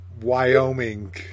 Wyoming